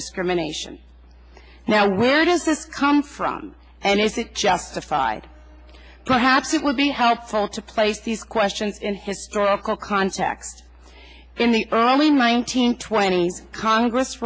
discrimination now where does this come from and is it justified perhaps it would be helpful to place these questions in historical context in the only nineteen twenty congress